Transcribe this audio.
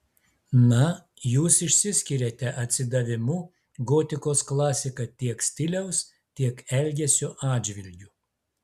na jūs išsiskiriate atsidavimu gotikos klasika tiek stiliaus tiek elgesio atžvilgiu